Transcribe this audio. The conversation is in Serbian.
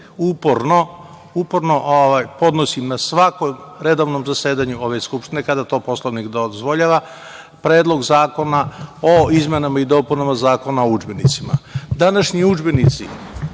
uporno podnosim na svakom redovnom zasedanju ove Skupštine, kada to Poslovnik dozvoljava, Predlog zakona o izmenama i dopunama Zakona o udžbenicima. Današnji udžbenici